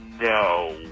no